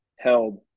held